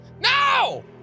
No